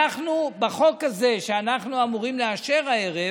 בחוק הזה, שאנחנו אמורים לאשר הערב